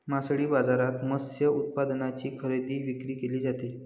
मासळी बाजारात मत्स्य उत्पादनांची खरेदी विक्री केली जाते